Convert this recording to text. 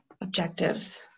objectives